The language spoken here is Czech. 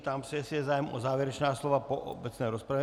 Ptám se, jestli je zájem o závěrečná slova po obecné rozpravě.